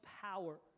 power